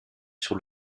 sur